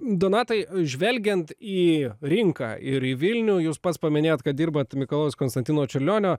donatai žvelgiant į rinką ir į vilnių jūs pats paminėjot kad dirbat mikalojaus konstantino čiurlionio